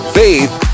faith